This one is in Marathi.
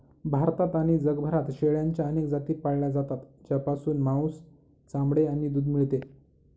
भारतात आणि जगभरात शेळ्यांच्या अनेक जाती पाळल्या जातात, ज्यापासून मांस, चामडे आणि दूध मिळते